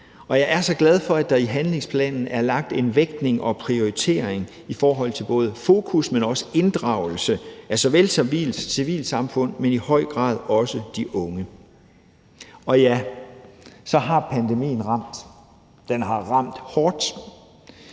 jeg er så glad for, at der i handlingsplanen er lagt en vægtning og prioritering i forhold til både fokus, men også inddragelse af både civilsamfund, men i høj grad også de unge. Kl. 14:13 Og ja, så har pandemien ramt. Den har ramt hårdt.